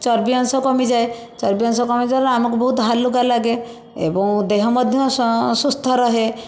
ଚର୍ବି ଅଂଶ କମିଯାଏ ଚର୍ବି ଅଂଶ କମିଯିବାରୁ ଆମକୁ ବହୁତ ହାଲୁକା ଲାଗେ ଏବଂ ଦେହ ମଧ୍ୟ ସ ସୁସ୍ଥ ରୁହେ